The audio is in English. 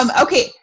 Okay